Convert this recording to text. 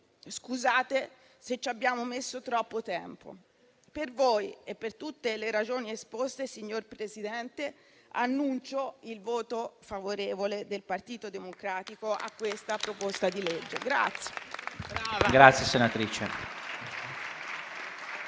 Scusate se ci abbiamo messo troppo tempo. Per voi e per tutte le ragioni esposte, signor Presidente, annuncio il voto favorevole del Partito Democratico al disegno di legge in